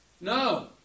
No